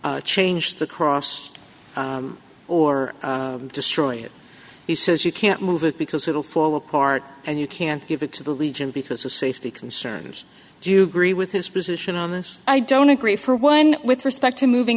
change the cross or destroy it he says you can't move it because it'll for car and you can't give it to the legion because of safety concerns do you agree with his position on this i don't agree for one with respect to moving